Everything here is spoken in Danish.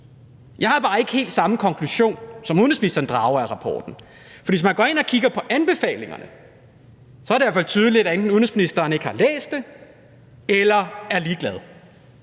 Jeg har bare ikke helt samme konklusion, som udenrigsministeren drager af rapporten. For hvis man går ind og kigger på anbefalingerne, er det i hvert fald tydeligt, at enten har udenrigsministeren ikke læst det, eller også er han ligeglad.